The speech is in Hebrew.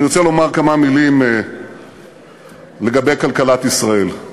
אני רוצה לומר כמה מילים לגבי כלכלת ישראל.